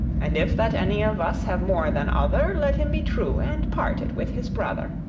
and if that any of us have more than other, let him be true, and part it with his brother.